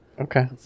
Okay